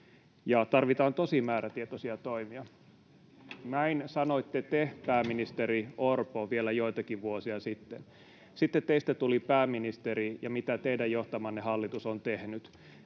tarvitaan tosi määrätietoisia toimia.” Näin sanoitte te, pääministeri Orpo, vielä joitakin vuosia sitten. Sitten teistä tuli pääministeri, ja mitä teidän johtamanne hallitus on tehnyt?